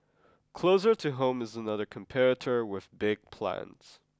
closer to home is another competitor with big plans